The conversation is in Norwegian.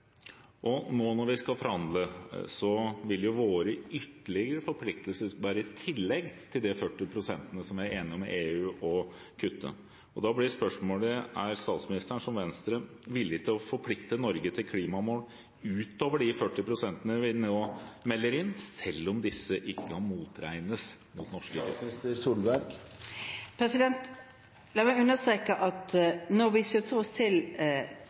Når vi nå skal forhandle, vil våre ytterligere forpliktelser komme i tillegg til de 40 pst. som vi er enige med EU om å kutte. Da blir spørsmålet: Er statsministeren, som Venstre, villig til å forplikte Norge til klimamål utover de 40 pst. vi nå melder inn, selv om disse ikke kan motregnes mot norske kutt? La meg understreke at